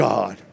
God